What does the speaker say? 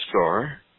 star